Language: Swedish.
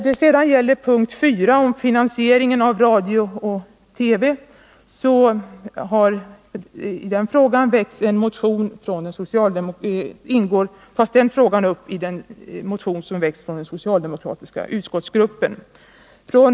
Under punkt 4, om finansieringen av radio/TV, behandlas en motion som väckts av den socialdemokratiska utskottsgruppen.